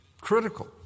critical